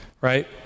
right